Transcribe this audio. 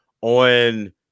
on –